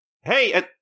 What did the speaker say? hey